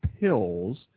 pills